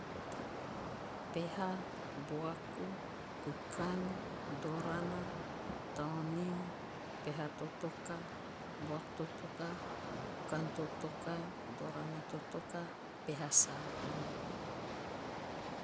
Peha. buaku. kukan. dorana. taonim. peha- totoka. buaku- totoka. kukan- totoka. dorana- totoka. peha- savun.